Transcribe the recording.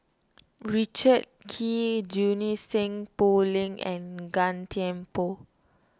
Richard Kee Junie Sng Poh Leng and Gan Thiam Poh